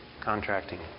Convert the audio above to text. contracting